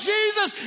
Jesus